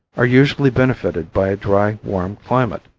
are usually benefited by a dry, warm climate.